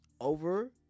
over